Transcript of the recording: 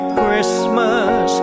Christmas